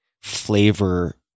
flavor